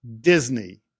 Disney